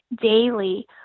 daily